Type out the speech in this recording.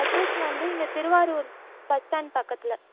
address வந்து இங்கே Tiruvarur bus stand பக்கத்தில்